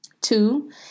two